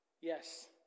yes